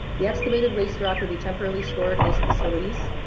the excavated waste rock would be temporarily stored in these facilities,